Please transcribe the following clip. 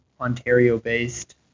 Ontario-based